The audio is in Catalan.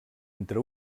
entre